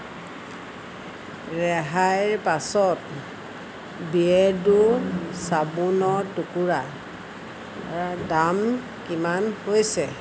ৰেহাইৰ পাছত বিয়েৰ্ডো চাবোনৰ টুকুৰাৰ দাম কিমান হৈছে